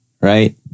Right